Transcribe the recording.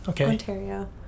Ontario